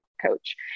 coach